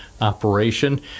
operation